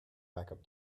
backup